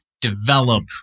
develop